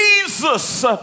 jesus